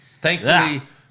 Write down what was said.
Thankfully